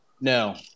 No